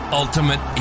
ultimate